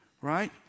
Right